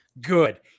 Good